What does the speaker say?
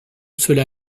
cela